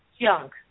junk